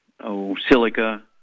silica